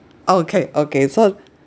okay okay so